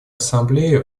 ассамблея